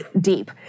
deep